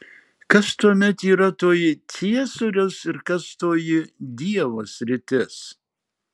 kas tuomet yra toji ciesoriaus ir kas toji dievo sritis